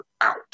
out